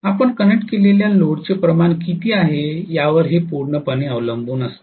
आपण कनेक्ट केलेल्या लोडचे प्रमाण किती आहे यावर हे पूर्णपणे अवलंबून असते